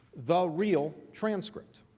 the real transcript.